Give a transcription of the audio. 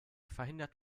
verhindert